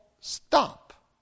stop